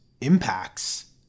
impacts